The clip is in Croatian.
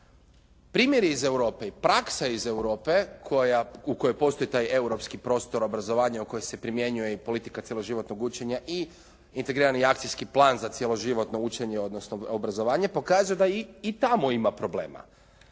Primjer iz Europe i praksa iz Europe u kojoj postoji taj europski prostor obrazovanja u kojoj se primjenjuje i politika cjeloživotnog učenja i integrirani akcijski plan za cjeloživotno učenje, odnosno obrazovanje pokazuje da i tamo ima problema,